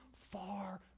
far